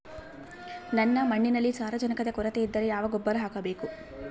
ನನ್ನ ಮಣ್ಣಿನಲ್ಲಿ ಸಾರಜನಕದ ಕೊರತೆ ಇದ್ದರೆ ಯಾವ ಗೊಬ್ಬರ ಹಾಕಬೇಕು?